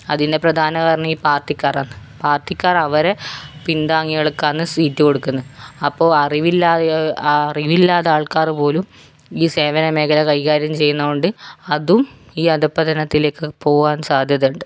അതിൻ്റെ പ്രധാന കാരണം ഈ പാർട്ടിക്കാരാണ് പാർട്ടിക്കാർ അവരെ പിന്താങ്ങികൾക്കാണ് സീറ്റ് കൊടുക്കുന്നത് അപ്പോൾ അറിവില്ലാതെ അറിവില്ലാത്ത ആൾക്കാർ പോലും ഈ സേവനമേഖല കൈകാര്യം ചെയ്യുന്നതുകൊണ്ട് അതും ഈ അധപതനത്തിലേക്ക് പോകാൻ സാധ്യതയുണ്ട്